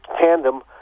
tandem